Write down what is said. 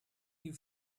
you